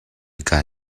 kaa